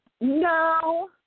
No